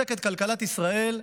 ולחזק את כלכלת ישראל,